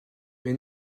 mais